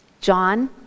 John